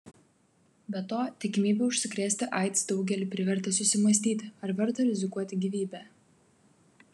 be to tikimybė užsikrėsti aids daugelį privertė susimąstyti ar verta rizikuoti gyvybe